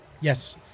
Yes